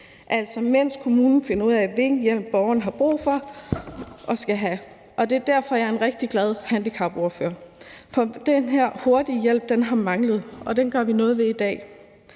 altså mens kommunen finder ud af, hvilken hjælp borgeren har brug for og skal have. Det er derfor, jeg er en rigtig glad handicapordfører. For den her hurtige hjælp har manglet, og det gør vi noget ved i dag.